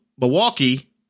Milwaukee